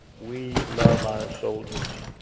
we love our soldiers,